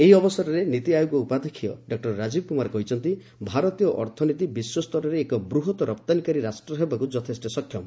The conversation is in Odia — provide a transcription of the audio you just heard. ଏହି ଅବସରରେ ନୀତି ଆୟୋଗ ଉପାଧ୍ୟକ୍ଷ ଡକ୍କର ରାଜୀବ କୁମାର କହିଛନ୍ତି ଭାରତୀୟ ଅର୍ଥନୀତି ବିଶ୍ୱସ୍ତରରେ ଏକ ବୃହତ ରପ୍ତାନୀକାରୀ ରାଷ୍ଟ୍ର ହେବାକୁ ଯଥେଷ୍ଟ ସକ୍ଷମ